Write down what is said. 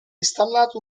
installato